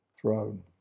throne